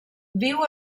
viu